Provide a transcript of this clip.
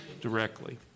directly